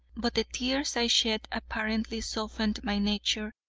but the tears i shed apparently softened my nature,